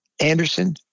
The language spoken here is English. Anderson